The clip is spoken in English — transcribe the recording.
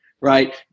right